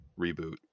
reboot